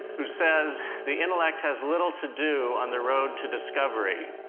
who says, the intellect has little to do on the road to discovery.